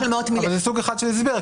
אבל זה סוג אחד של הסבר,